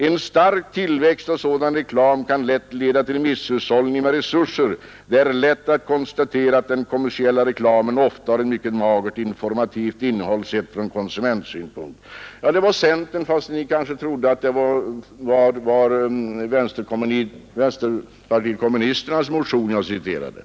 En stark tillväxt av sådan reklam kan lätt leda till misshushållning med resurser.” På ett annat ställe i motionen står det: ”Det är lätt att konstatera att den kommersiella reklamen ofta har ett mycket magert informativt innehåll sett från konsumentsynpunkt.” Det var en centermotion, fast ni kanske trodde att det var ur en motion från vänsterpartiet kommunisterna jag citerade.